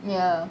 ya